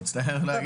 אני מצטער להגיד,